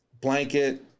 blanket